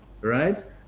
right